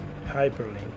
Hyperlink